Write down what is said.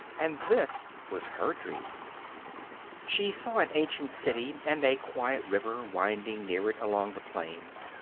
and this was her dream she saw an ancient city, and a quiet river winding near it along the plain,